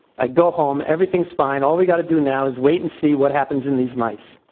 i go home, everything's fine. all we gotta do now is wait and see what happens in these mice.